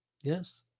Yes